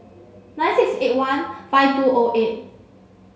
nine six eight one five two O eight